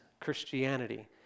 Christianity